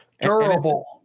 Durable